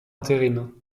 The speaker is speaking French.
intérim